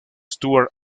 stuart